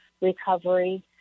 recovery